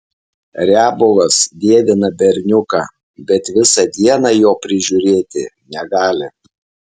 riabovas dievina berniuką bet visą dieną jo prižiūrėti negali